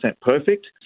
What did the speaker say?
perfect